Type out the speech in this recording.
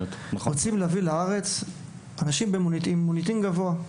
רוצים להביא לארץ אנשים עם מוניטין גבוה.